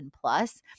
plus